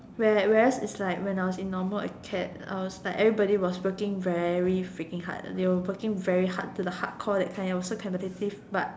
where whereas is like when I was in normal acad I was like everybody was looking very freaking hard they were working very hard to the hardcore that kind like was so competitive but